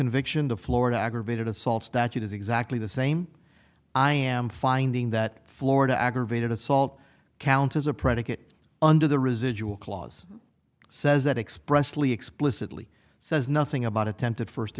conviction to florida aggravated assault statute is exactly the same i am finding that florida aggravated assault count as a predicate under the residual clause says that expressly explicitly says nothing about attempted first